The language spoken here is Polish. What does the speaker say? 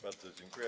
Bardzo dziękuję.